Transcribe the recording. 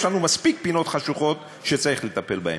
יש לנו מספיק פינות חשוכות שצריך לטפל בהן,